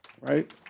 Right